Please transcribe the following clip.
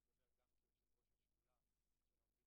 אני מדבר גם כיושב-ראש השדולה של העובדים